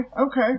okay